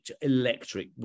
electric